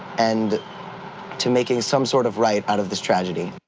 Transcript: and to making some sort of right out of this tragedy.